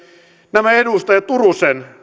nämä edustaja turusen